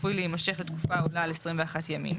צפוי להימשך לתקופה העולה על 21 ימים,